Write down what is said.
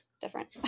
different